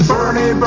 Bernie